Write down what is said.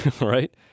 right